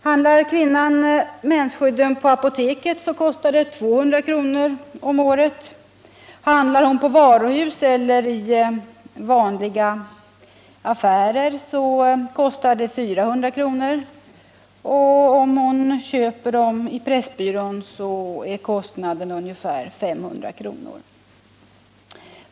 Köper kvinnan mensskydd på apoteket kostar de 200 kr. om året. Köper hon dem på varuhus eller i vanliga affärer kostar de 400 kr., och om hon köper dem i pressbyrån kostar de 500 kr.